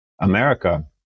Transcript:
America